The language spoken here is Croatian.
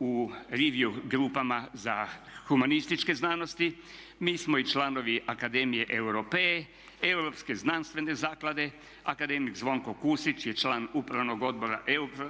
u … grupama za humanističke znanosti. Mi smo i članovi Akademije Europe, Europske znanstvene zaklade. Akademik Zvonko Kusić je član upravnog odbora